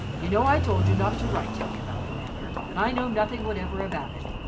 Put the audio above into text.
you know i told you not to write to me about the matter, and i know nothing whatever about it.